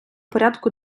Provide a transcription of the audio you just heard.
порядку